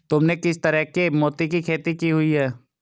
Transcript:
तुमने किस तरह के मोती की खेती की हुई है?